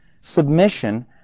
submission